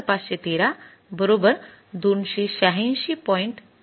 २५ जी कि अनुकूल असेल